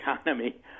economy